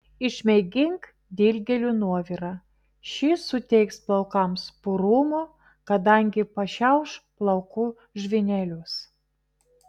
išmėgink dilgėlių nuovirą šis suteiks plaukams purumo kadangi pašiauš plaukų žvynelius